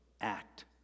act